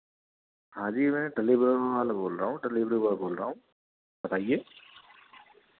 हाँ जी मैं डेलिवर बॉय बोल रहा हूँ डेलिवरी बॉय बोल रहा हूँ बताइए